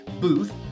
booth